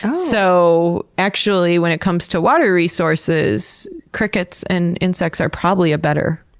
um so, actually when it comes to water resources, crickets and insects are probably a better